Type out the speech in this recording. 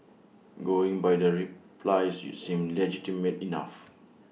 going by the replies IT seems legitimate enough